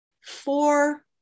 four